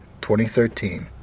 2013